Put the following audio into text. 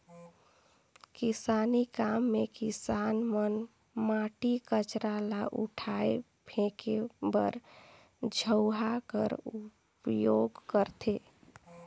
किसानी काम मे किसान मन माटी, कचरा ल उठाए फेके बर झउहा कर उपियोग करथे